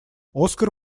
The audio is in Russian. оскар